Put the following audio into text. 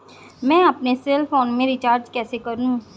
मैं अपने cell phone में रिचार्ज कैसे करूँ?